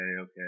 okay